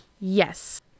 Yes